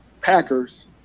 Packers